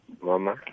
Mama